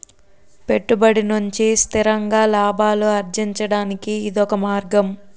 పెట్టుబడి నుంచి స్థిరంగా లాభాలు అర్జించడానికి ఇదొక మార్గం